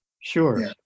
Sure